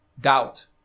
doubt